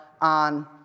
on